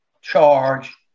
charge